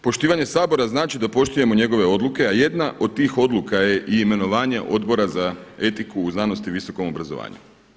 Poštivanje Sabora znači da poštujemo njegove odluke a jedna od tih odluka je i imenovanje Odbora za etiku, znanost i visoko obrazovanje.